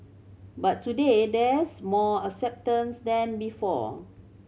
but today there's more acceptance than before